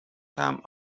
come